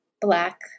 Black